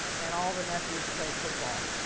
and all the nephews play football.